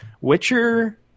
Witcher